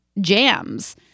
jams